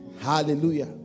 Hallelujah